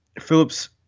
Phillips